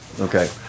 Okay